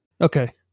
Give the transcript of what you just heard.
Okay